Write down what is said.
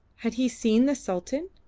had he seen the sultan?